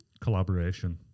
Collaboration